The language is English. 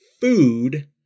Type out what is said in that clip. food